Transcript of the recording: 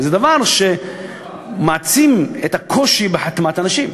וזה דבר שמעצים את הקושי בהחתמת אנשים,